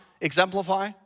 exemplify